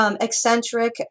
eccentric